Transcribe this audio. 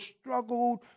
struggled